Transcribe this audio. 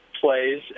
plays